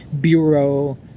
bureau